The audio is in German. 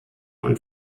und